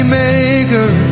maker